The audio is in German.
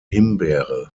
himbeere